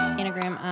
anagram